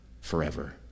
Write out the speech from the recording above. forever